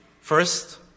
First